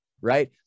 Right